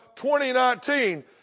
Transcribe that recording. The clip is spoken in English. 2019